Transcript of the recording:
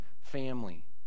family